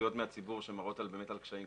התייחסויות מהציבור שמראות על קשיים,